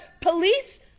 police